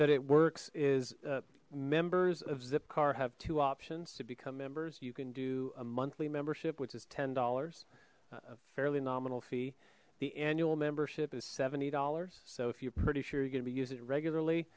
that it works is members of zipcar have two options to become members you can do a monthly membership which is ten dollars a fairly nominal fee the annual membership is seventy dollars so if you're pretty sure you're gonna be using it regularly